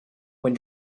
when